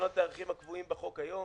לשנות את התאריכים הקבועים היום,